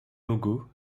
logos